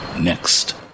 next